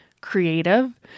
creative